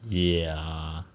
ya